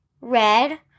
red